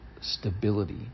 stability